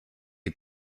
est